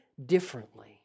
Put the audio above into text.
differently